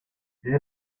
tiene